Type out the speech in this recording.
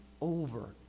over